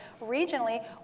regionally